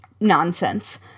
nonsense